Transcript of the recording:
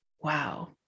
Wow